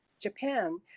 Japan